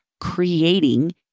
creating